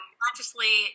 consciously